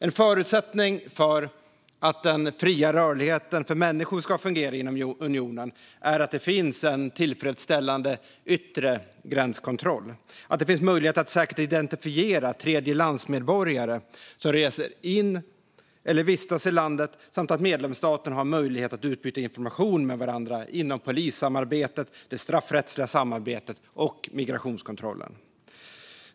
En förutsättning för att den fria rörligheten för människor ska fungera inom unionen är att det finns en tillfredsställande yttre gränskontroll, att det finns möjligheter att säkert identifiera tredjelandsmedborgare som reser in i eller vistas i landet samt att medlemsstaterna har möjlighet att utbyta information med varandra inom polissamarbetet, det straffrättsliga samarbetet och migrationskontrollen.